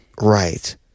Right